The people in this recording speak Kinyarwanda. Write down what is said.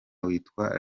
witwa